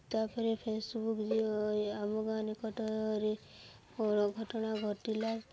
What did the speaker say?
ତା'ପରେ ଫେସ୍ବୁକ ଯେଉଁ ଆମକୁ ଅନ୍ୟ ପଟରେ କ'ଣ ଘଟଣା ଘଟିଲା